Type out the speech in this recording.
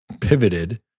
pivoted